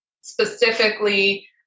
specifically